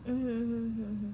mmhmm mmhmm